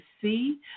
see